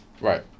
right